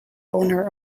owner